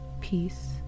peace